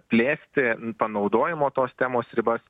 plėsti panaudojimo tos temos ribas